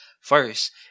First